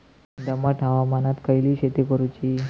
दमट हवामानात खयली शेती करूची?